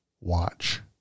watch